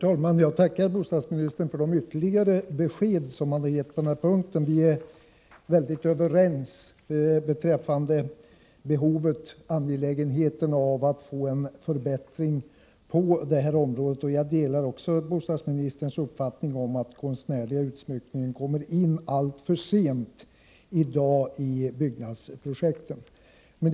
Herr talman! Jag tackar bostadsministern för de ytterligare besked som han har gett. Vi är överens beträffande angelägenheten av att få till stånd en förbättring på detta område. Jag delar också bostadsministerns uppfattning att den konstnärliga utsmyckningen i dag kommer med i byggnadsprojekten alltför sent.